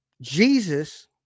Jesus